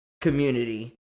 community